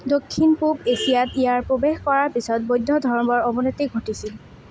দক্ষিণ পূব এছিয়াত ইয়াৰ প্ৰৱেশ কৰাৰ পিছত বৌদ্ধ ধৰ্মৰ অৱনতি ঘটিছিল